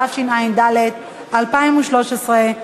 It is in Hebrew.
התשע"ד 2013,